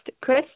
Chris